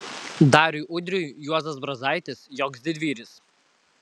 dariui udriui juozas brazaitis joks didvyris